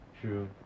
true